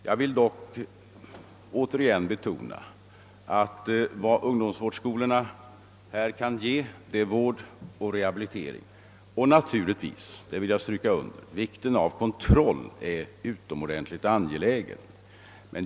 Jag vill dock åter betona att vad ungdomsvårdsskolorna kan ge är vård och rehabilitering och naturligtvis — det vill jag understryka — kontroll, vilken är utomordentligt angelägen.